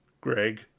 Greg